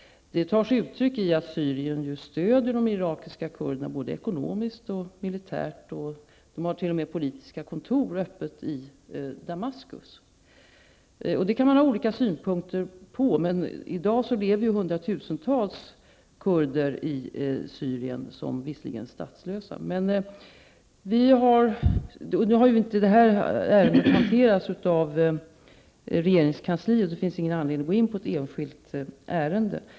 Det tar sig uttryck i att Syrien stödjer de irakiska kurderna både ekonomiskt och militärt. De irakiska kurderna har t.o.m. politiska kontor i Damaskus. Man kan ha olika synpunkter på detta, men i dag lever ju hundratusentals kurder i Syrien, även om de visserligen är statslösa. Detta ärende har inte hanterats av regeringskansliet, och det finns heller ingen anledning att gå in på ett enskilt ärende.